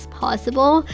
possible